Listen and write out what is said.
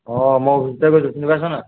অঁ মই অভিজিতে কৈছোঁ চিনি পাইছনে নাই